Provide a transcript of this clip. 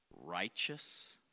Righteous